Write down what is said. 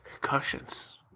concussions